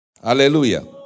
Hallelujah